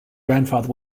grandfather